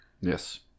Yes